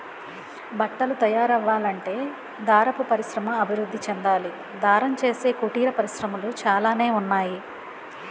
బట్టలు తయారవ్వాలంటే దారపు పరిశ్రమ అభివృద్ధి చెందాలి దారం చేసే కుటీర పరిశ్రమలు చాలానే ఉన్నాయి